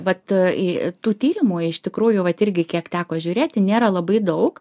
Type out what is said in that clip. vat į tų tyrimų iš tikrųjų vat irgi kiek teko žiūrėti nėra labai daug